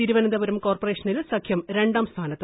തിരുവനന്തപുരം കോർപറേഷനിൽ സഖ്യം രണ്ടാം സ്ഥാനത്ത്